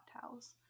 towels